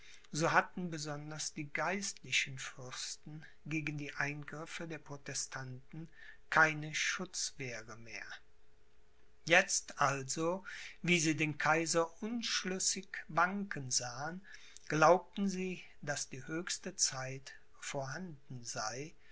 so hatten besonders die geistlichen fürsten gegen die eingriffe der protestanten keine schutzwehre mehr jetzt also wie sie den kaiser unschlüssig wanken sahen glaubten sie daß die höchste zeit vorhanden sei